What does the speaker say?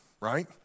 right